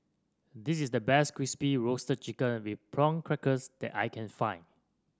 this is the best Crispy Roasted Chicken with Prawn Crackers that I can find